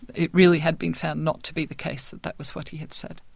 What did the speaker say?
it really had been found not to be the case that that was what he had said.